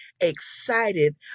excited